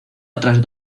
otras